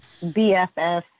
BFF